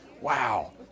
Wow